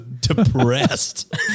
depressed